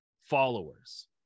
followers